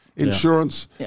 Insurance